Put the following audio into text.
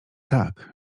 tak